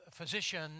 physician